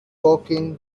walking